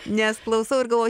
nes klausau ir galvoju